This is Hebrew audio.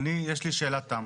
אני יש לי שאלת תם.